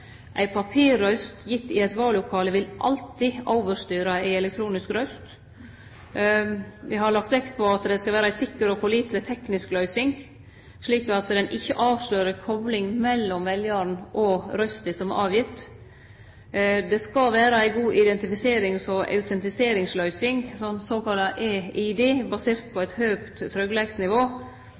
Ei papirrøyst gitt i eit vallokale vil alltid overstyre ei elektronisk røyst. Me har lagt vekt på at det skal vera ei sikker og påliteleg teknisk løysing, slik at ein ikkje kan avsløre kopling mellom veljaren og den røysta som er gitt. Det skal vere ei god identifiserings- og autentisitetsløysing, såkalla e-ID, basert på eit høgt tryggleiksnivå.